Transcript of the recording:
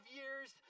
years